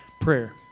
prayer